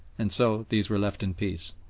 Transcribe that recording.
and so these were left in peace.